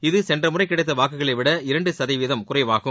இது சென்ற முறை கிடைத்த வாக்குகளை விட இரண்டு சதவீதம் குறைவாகும்